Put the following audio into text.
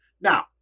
Now